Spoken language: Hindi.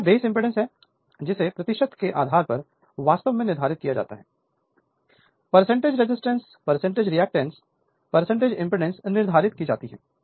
तो यह बेस इंपेडेंस है जिसे ए के आधार पर वास्तव में निर्धारित किया जाता है आयु resistance edge reactance impedance निर्धारित की जाती है